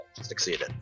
succeeded